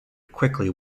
quickly